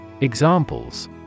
Examples